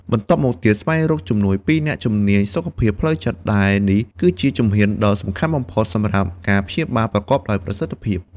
បន្ទាប់មកទៀត ស្វែងរកជំនួយពីអ្នកជំនាញសុខភាពផ្លូវចិត្តដែលនេះគឺជាជំហានដ៏សំខាន់បំផុតសម្រាប់ការព្យាបាលប្រកបដោយប្រសិទ្ធភាព។